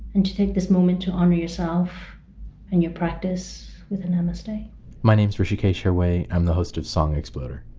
and to take this moment to honour yourself and your practice, with a namaste my name is hrishikesh hirway. i'm the host of song exploder.